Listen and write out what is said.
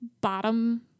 bottom